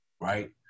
Right